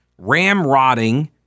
ramrodding